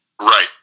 Right